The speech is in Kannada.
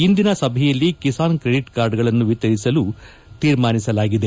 ಇಂದಿನ ಸಭೆಯಲ್ಲಿ ಕಿಸಾನ್ ಕ್ರೆಡಿಟ್ ಕಾರ್ಡ್ಗಳನ್ನು ವಿತರಿಸಲು ವಿತರಿಸಲಾಗುವುದು